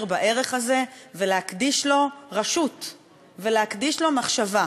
בערך הזה ולהקדיש לו רשות ולהקדיש לו מחשבה.